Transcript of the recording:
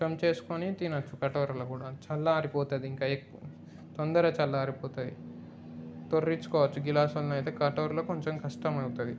చెంచా వేసుకుని తినవచ్చు కటోరలో కూడా చల్లారిపోతుంది ఇంకా ఎక్కువ తొందరగా చల్లారిపోతుంది తొర్రిచ్చుకోవచ్చు గ్లాసులోని అయితే కటోరలో కొంచెం కష్టం అవుతుంది